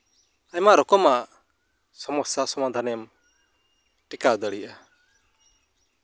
ᱟᱭᱢᱟ ᱨᱚᱠᱚᱢᱟᱜ ᱥᱚᱢᱚᱥᱥᱟ ᱥᱚᱢᱟᱫᱷᱟᱱᱮᱢ ᱴᱮᱠᱟᱣ ᱫᱟᱲᱮᱭᱟᱜᱼᱟ